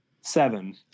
Seven